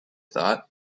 thought